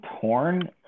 torn